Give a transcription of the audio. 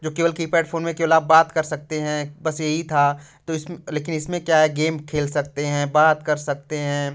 जो केवल keypad phone में केवल आप बात कर सकते हैं बस यही था जो लेकिन इसमें क्या है गेम खेल सकते हैं बात कर सकते हैं